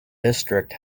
district